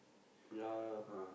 ya